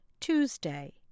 Tuesday